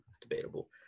debatable